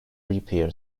repair